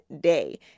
day